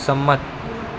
સંમત